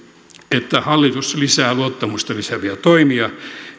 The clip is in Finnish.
että hallitus lisää luottamusta lisääviä toimia